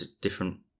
different